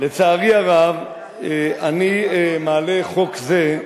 לצערי הרב אני מעלה חוק זה,